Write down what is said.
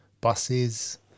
buses